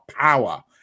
power